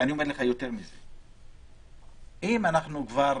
ואני אומר לך יותר מזה: אם המדינה כבר